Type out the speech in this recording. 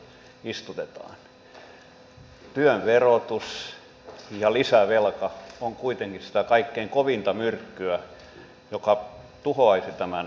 työn verotus ja lisävelka on kuitenkin sitä kaikkein kovinta myrkkyä joka tuhoaisi tämän suunnitelman